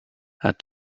had